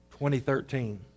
2013